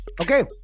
Okay